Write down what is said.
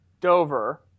Dover